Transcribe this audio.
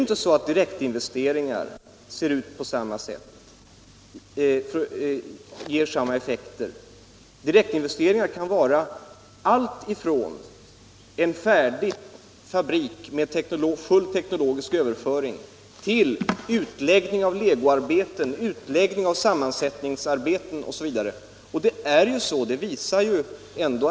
Olika slags direktinvesteringar ger inte samma effekter. Direktinvesteringar kan vara allt ifrån en färdig fabrik med full teknologiöverföring till utläggning av legoarbeten, sammansättningsarbeten osv. som inte alls eller mycket litet överför teknologi.